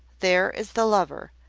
there is the lover,